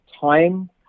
time